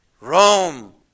Rome